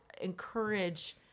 encourage